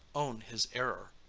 own his error.